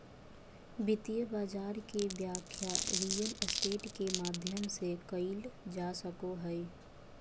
वित्तीय बाजार के व्याख्या रियल स्टेट के माध्यम से कईल जा सको हइ